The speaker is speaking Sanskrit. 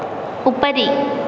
उपरि